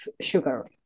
sugar